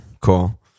cool